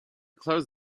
close